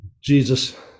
Jesus